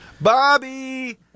Bobby